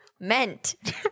Meant